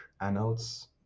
annals